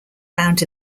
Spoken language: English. found